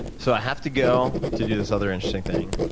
so i have to go to do this other interesting thing,